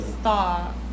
stop